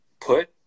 put